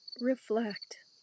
Reflect